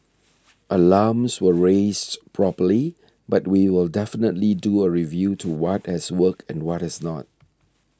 alarms were raised properly but we will definitely do a review to what has worked and what has not